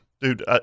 Dude